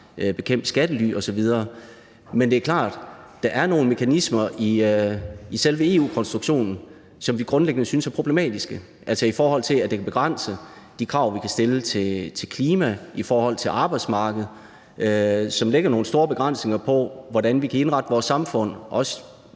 bekæmpe skattely osv. Men det er klart, at der er nogle mekanismer i selve EU-konstruktionen, som vi grundlæggende synes er problematiske, altså i forhold til at det kan begrænse de krav, vi kan stille til klima, og i forhold til arbejdsmarkedet, og som lægger nogle store begrænsninger på, hvordan vi kan indrette vores samfund, også